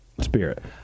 spirit